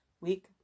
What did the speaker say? week